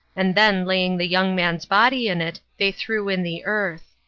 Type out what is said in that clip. and then laying the young man's body in it, they threw in the earth.